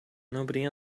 nobody